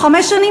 או חמש שנים,